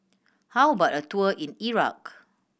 how about a tour in Iraq